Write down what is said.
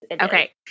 Okay